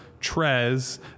Trez